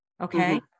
Okay